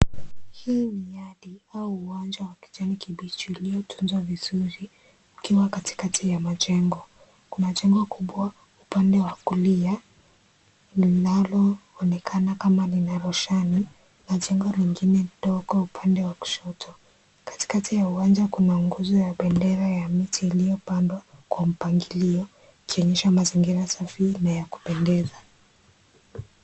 Hii ni yadi au uwanja wa kijani kibichi uliotunzwa vizuri ukiwa katikati ya majengo. Kuna jengo kubwa upande wa kulia linaloonekana kama lina roshani na jengo lingine ndogo upande wa kushoto . Katikati ya uwanja kuna nguzo ya bendera ya miti iliyopandwa kwa mpangilio ikionyesha mazingira safi na ya kupendeza .